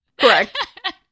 Correct